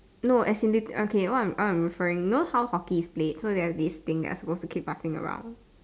not as in they okay what I'm what I'm referring you know how hockey is played so there is thing that you're supposed to keep passing around